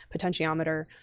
potentiometer